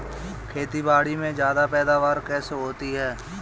खेतीबाड़ी में ज्यादा पैदावार कैसे होती है?